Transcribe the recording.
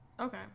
Okay